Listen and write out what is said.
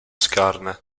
scarne